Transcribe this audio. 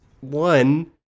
one